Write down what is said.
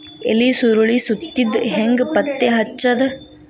ಎಲಿ ಸುರಳಿ ಸುತ್ತಿದ್ ಹೆಂಗ್ ಪತ್ತೆ ಹಚ್ಚದ?